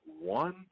one